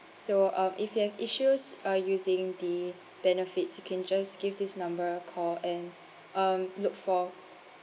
so uh if you have issues uh using the benefits you can just give this number a call and um look for